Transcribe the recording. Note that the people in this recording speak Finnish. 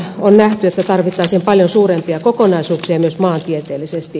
on nähty että tarvittaisiin paljon suurempia kokonaisuuksia myös maantieteellisesti